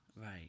Right